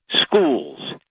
schools